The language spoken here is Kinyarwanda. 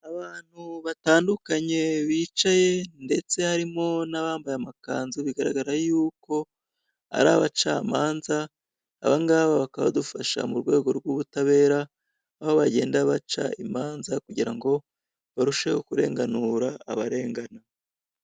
Abantu batandukanye bicaye ndetse harimo n'abambaye amakanzu bigaragara yuko ari abacamanza, abangabo bakabadufasha mu rwego rw'ubutabera, aho bagenda baca imanza kugira ngo barusheho kurenganura abarengana.